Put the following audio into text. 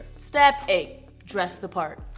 step eight dress the part.